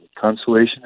Consolation